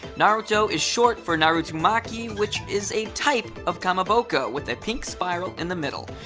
naruto is short for narutomaki, which is a type of kamaboko with a pink spiral in the middle.